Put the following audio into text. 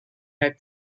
had